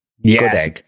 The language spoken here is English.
Yes